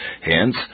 Hence